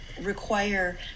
require